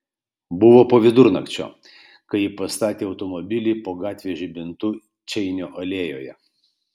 buvo po vidurnakčio kai ji pastatė automobilį po gatvės žibintu čeinio alėjoje